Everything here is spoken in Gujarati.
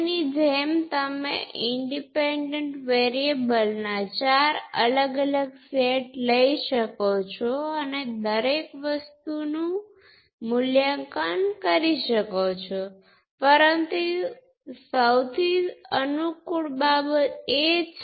અને તે જ રીતે બીજા ઇક્વેશન માટે આપણી પાસે બે વોલ્ટેજ ડ્રોપ નું સિરિઝ કોમ્બિનેશન છે જે z21 × I1 છે કારણ કે તે સર્કિટમાં અન્યત્ર કરંટ પર આધારિત છે